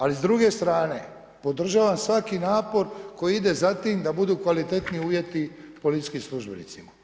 Ali s druge strane podržavam svaki napor koji ide za tim da budu kvalitetni uvjeti policijskim službenicima.